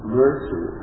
mercy